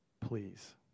please